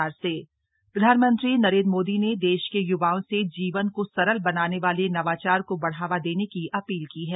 PM on नवाचार प्रधानमंत्री नरेन्द्र मोदी ने देश के युवाओं से जीवन को सरल बनाने वाले नवाचार को बढ़ावा देने की अपील की है